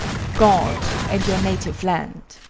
god and your native land!